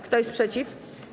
Kto jest przeciw?